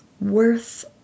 worth